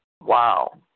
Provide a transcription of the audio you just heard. Wow